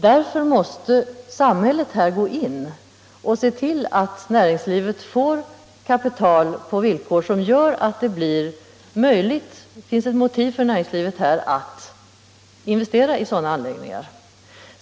Därför måste samhället gå in och se till att näringslivet får kapital på villkor som innebär att det finns ett motiv för näringslivet att investera i sådana anläggningar.